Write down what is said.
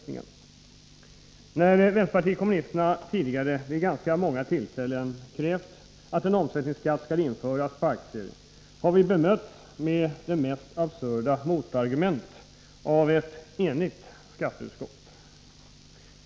När vänsterpartiet kommunisterna tidigare vid ganska många tillfällen krävt att en omsättningsskatt skall införas på aktier, har vi bemötts med de mest absurda motargument av ett enigt skatteutskott.